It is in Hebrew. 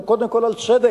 הוא קודם כול על צדק.